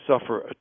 suffer